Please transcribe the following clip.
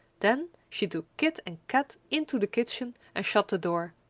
then she took kit and kat into the kitchen and shut the door.